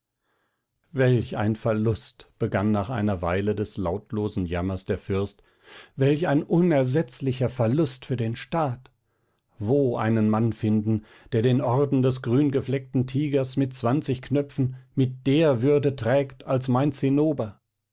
welch ein verlust begann nach einer weile des lautlosen jammers der fürst welch ein unersetzlicher verlust für den staat wo einen mann finden der den orden des grüngefleckten tigers mit zwanzig knöpfen mit der würde trägt als mein zinnober